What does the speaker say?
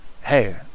hey